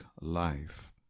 Life